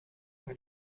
par